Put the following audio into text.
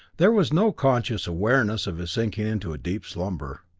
there was no conscious awareness of his sinking into a deep slumber.